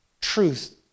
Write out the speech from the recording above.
truth